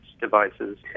devices